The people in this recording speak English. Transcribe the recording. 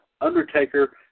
Undertaker